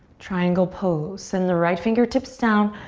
triangle pose. send the right fingertips down.